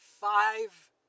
five